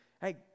Hey